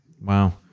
Wow